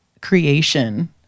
creation